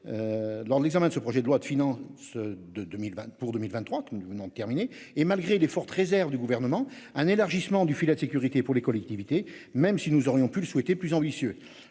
Lors de l'examen de ce projet de loi de finances, ceux de 2020 pour 2023 que nous venons de terminer et malgré les fortes réserves du gouvernement un élargissement du filet de sécurité pour les collectivités, même si nous aurions pu le souhaiter plus ambitieux